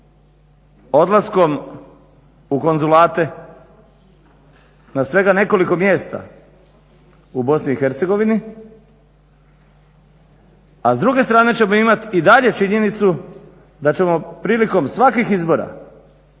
odlaskom u konzulate na svega nekoliko mjesta u BiH, a s druge strane ćemo imat i dalje činjenicu da ćemo prilikom svakih izbora